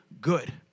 good